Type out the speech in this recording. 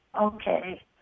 Okay